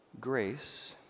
grace